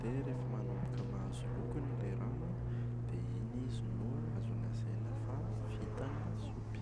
dia rehefa manomboka mahazo lokony ilay rano an dia iny izy no azo lazaina fa vita ny lasopy.